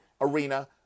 arena